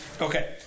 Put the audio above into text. Okay